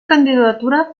candidatura